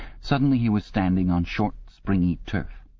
suddenly he was standing on short springy turf,